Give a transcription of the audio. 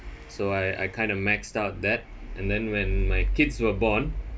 so I I kind of maxed out that and then when my kids were born